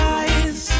eyes